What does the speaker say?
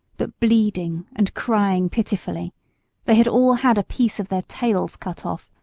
but bleeding and crying pitifully they had all had a piece of their tails cut off,